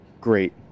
Great